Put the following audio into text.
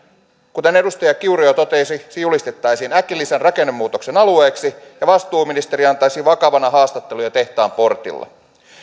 kuten edustaja kiuru jo totesi se julistettaisiin äkillisen rakennemuutoksen alueeksi ja vastuuministeri antaisi vakavana haastatteluja tehtaan portilla